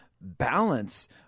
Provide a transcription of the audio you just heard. balance